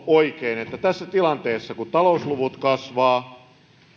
oikein että tässä tilanteessa kun talousluvut kasvavat